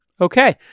Okay